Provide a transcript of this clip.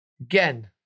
again